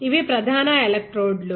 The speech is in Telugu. ఇవి ప్రధాన ఎలక్ట్రోడ్లు